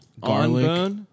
garlic